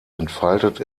entfaltet